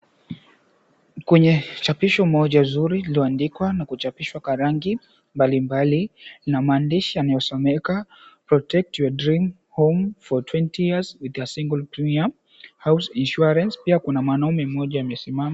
Kwenye chapisho moja zuri, liloandikwa na kuchapishwa kwa rangi mbalimbali na maandishi yanayosomeka: "Protect your dream home for twenty years with a single premium house insurance," pia kuna mwanaume mmoja amesimama.